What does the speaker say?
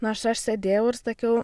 nors aš sėdėjau ir sakiau